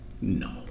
no